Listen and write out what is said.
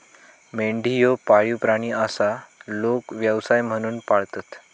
मेंढी ह्यो पाळीव प्राणी आसा, लोक व्यवसाय म्हणून पाळतत